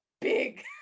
big